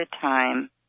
time